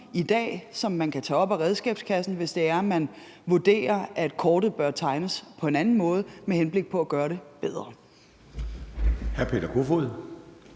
i dag, som man kan tage op af redskabskassen, hvis det er sådan, at man vurderer, at kortet bør tegnes på en anden måde med henblik på at gøre det bedre.